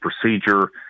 procedure